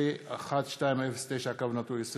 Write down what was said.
פ/1209/20